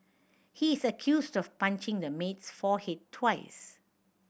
he is accused of punching the maid's forehead twice